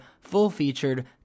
full-featured